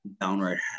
downright